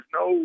no